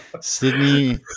Sydney